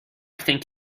think